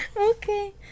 Okay